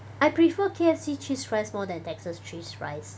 I prefer K_F_C cheese fries more than Texas cheese fries